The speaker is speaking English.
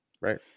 Right